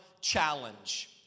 Challenge